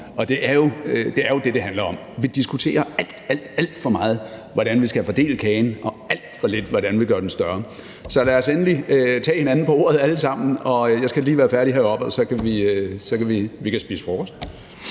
og det er jo det, det handler om. Vi diskuterer alt, alt for meget, hvordan vi skal fordele kagen, og alt for lidt, hvordan vi gør den større. Så lad os endelig alle sammen tage hinanden på ordet. Jeg skal lige være færdig heroppe, men så kan vi spise frokost